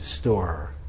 store